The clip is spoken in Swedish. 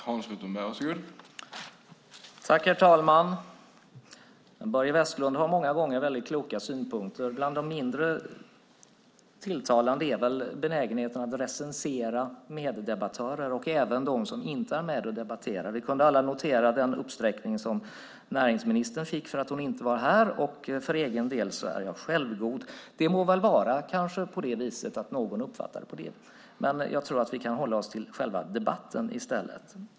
Herr talman! Börje Vestlund har många gånger väldigt kloka synpunkter. Bland de mindre tilltalande är benägenheten att recensera meddebattörer och även dem som inte är med i debatten. Vi kunde alla notera den uppsträckning som näringsministern fick för att hon inte var här. För egen del är jag självgod. Det må vara på det viset att någon uppfattar mig så, men jag tycker att vi ska hålla oss till själva debatten i stället.